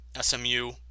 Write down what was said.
SMU